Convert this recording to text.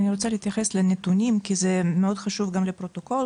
אני רוצה להתייחס לנתונים כי זה מאוד חשוב לפרוטוקול.